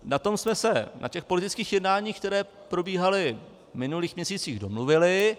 Na tom jsme se na těch politických jednáních, která probíhala v minulých měsících, domluvili.